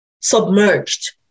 submerged